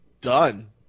done